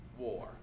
war